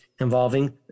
involving